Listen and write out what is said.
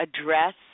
address